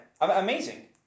Amazing